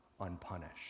unpunished